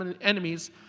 enemies